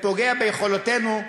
ופוגע ביכולותינו,